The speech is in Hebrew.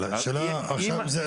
אבל השאלה עכשיו,